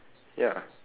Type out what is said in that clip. ya